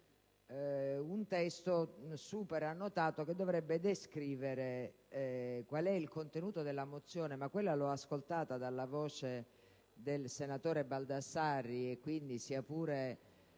abbiate, superannotato, che dovrebbe descrivere qual è il contenuto della mozione, ma quello l'ho ascoltato dalla voce del senatore Azzollini e quindi, sia pure